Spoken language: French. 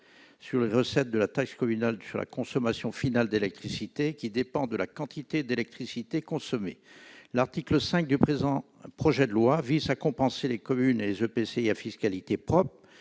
sur le produit de la taxe communale sur la consommation finale d'électricité, qui dépend de la quantité d'électricité consommée. L'article 5 du présent projet de loi vise à compenser pour les communes et les EPCI à fiscalité propre